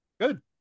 good